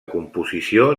composició